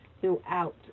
throughout